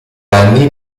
anni